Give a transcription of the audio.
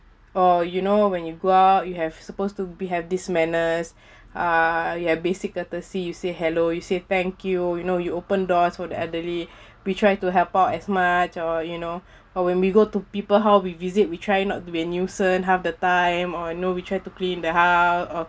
or you know when you go out you have supposed to be have this manners uh you have basic courtesy you say hello you say thank you you know you open doors for the elderly we try to help out as much or you know or when we go to people house we visit we try not to be nuisance half the time or know we try to clean the house or